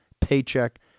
paycheck